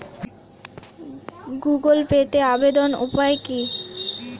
Google পেতে আবেদনের উপায় কি?